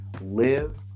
live